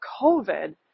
COVID